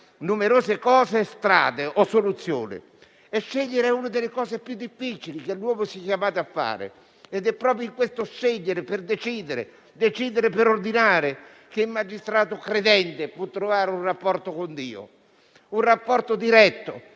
numerose cose o strade o soluzioni. E scegliere è una delle cose più difficili che l'uomo sia chiamato a fare. Ed è proprio in questo scegliere per decidere, decidere per ordinare, che il magistrato credente può trovare un rapporto con Dio. Un rapporto diretto,